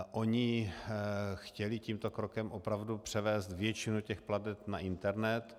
Oni chtěli tímto krokem opravdu převést většinu plateb na internet.